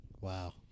Wow